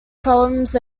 problems